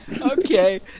Okay